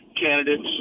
candidates